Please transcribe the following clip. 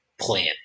plan